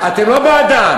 אתם לא בעדן?